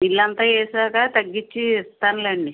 bill అంతా వేసాక తగ్గించి ఇస్తానులెండి